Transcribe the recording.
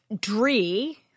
Dree